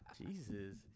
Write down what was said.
Jesus